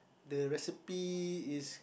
the recipe is